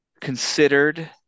considered